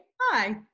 Hi